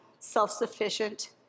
Self-sufficient